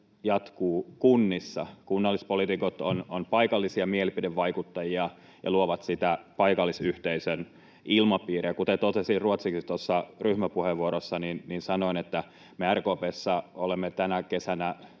jatkuu kunnissa. Kunnallispoliitikot ovat paikallisia mielipidevaikuttajia ja luovat sitä paikallisyhteisön ilmapiiriä. Kuten totesin ruotsiksi tuossa ryhmäpuheenvuorossani, me RKP:ssä olemme tänä kesänä